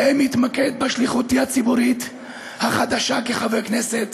ובהן אתמקד בשליחותי הציבורית החדשה כחבר הכנסת: